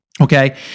okay